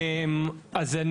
אז,